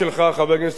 חבר הכנסת חנין,